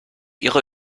ihrer